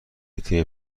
تیم